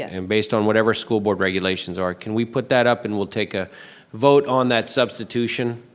and based on whatever school board regulations are, can we put that up, and we'll take a vote on that substitution?